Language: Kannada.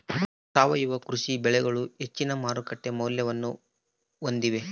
ಸಾವಯವ ಕೃಷಿ ಬೆಳೆಗಳು ಹೆಚ್ಚಿನ ಮಾರುಕಟ್ಟೆ ಮೌಲ್ಯವನ್ನ ಹೊಂದಿವೆ